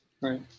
right